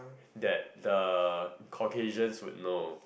that the Caucasians would know